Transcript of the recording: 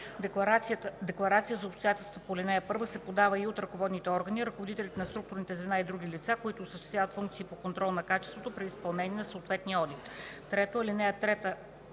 Декларация за обстоятелствата по ал. 1 се подава и от ръководните органи, ръководителите на структурни звена и други лица, които осъществяват функции по контрол на качеството при изпълнение на съответния одит.”. 3. Алинеи 3